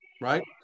right